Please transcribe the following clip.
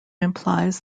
implies